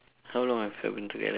how long have have been together